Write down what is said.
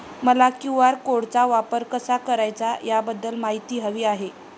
मला क्यू.आर कोडचा वापर कसा करायचा याबाबत माहिती हवी आहे